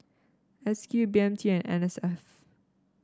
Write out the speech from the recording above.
S Q B M T and N S F